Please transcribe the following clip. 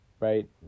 Right